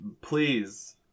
Please